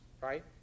right